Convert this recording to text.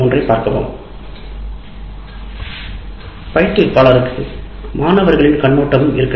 பயிற்றுவிப்பாளருக்கு மாணவர்களின் கண்ணோட்டமும் இருக்க வேண்டும்